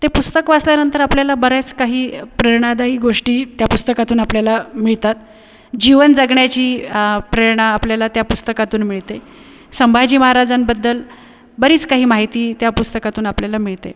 ते पुस्तक वाचल्यानंतर आपल्याला बऱ्याच काही प्रेरणादायी गोष्टी त्या पुस्तकातून आपल्याला मिळतात जीवन जगण्याची प्रेरणा आपल्याला त्या पुस्तकातून मिळते संभाजी महाराजांबद्दल बरीच काही माहिती त्या पुस्तकातून आपल्याला मिळते